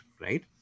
right